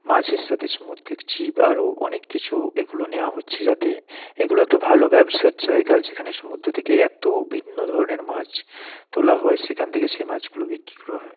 মাছের সাথে সামুদ্রিক জীব আরও অনেক কিছু এগুলো নেয়া হচ্ছে যাতে এগুলো একটা ভালো ব্যবসার জায়গা যেখানে সমুদ্র থেকে এতো ভিন্ন ধরনের মাছ তোলা হয় সেখান থেকে সে মাছগুলো বিক্রি করা হয়